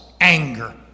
anger